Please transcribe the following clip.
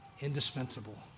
indispensable